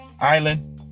Island